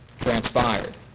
transpired